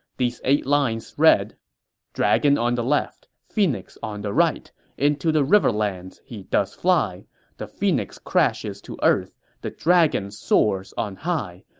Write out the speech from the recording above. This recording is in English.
these eight lines read dragon on the left, phoenix on the right into the riverlands he does fly the phoenix crashes to earth the dragon soars on high.